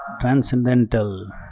Transcendental